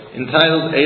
entitled